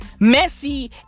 Messi